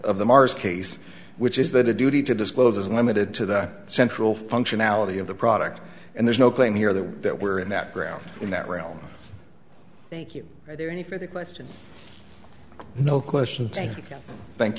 of the mars case which is that a duty to disclose is limited to the central functionality of the product and there's no claim here that that we're in that ground in that realm thank you there any for the question no question thank you thank